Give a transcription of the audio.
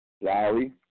Larry